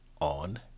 on